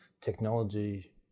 technology